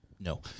no